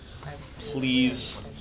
please